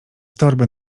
torby